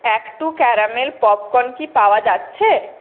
act two caramel popcorn কি পাওয়া যাচ্ছে